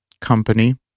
company